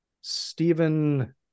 Stephen